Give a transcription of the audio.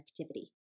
activity